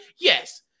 yes